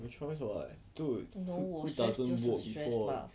no 我 stress 就是 stress lah